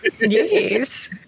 Yes